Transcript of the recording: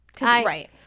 Right